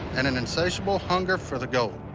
and and insatiable hunger for the gold,